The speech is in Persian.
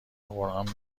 قران